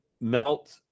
melt